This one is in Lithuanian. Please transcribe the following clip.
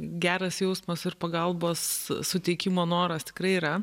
geras jausmas ir pagalbos suteikimo noras tikrai yra